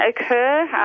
occur